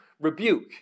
rebuke